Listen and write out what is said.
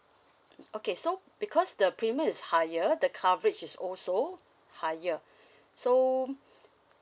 mm okay so because the premium is higher the coverage is also higher so